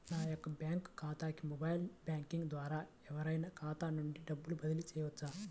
నా యొక్క బ్యాంక్ ఖాతాకి మొబైల్ బ్యాంకింగ్ ద్వారా ఎవరైనా ఖాతా నుండి డబ్బు బదిలీ చేయవచ్చా?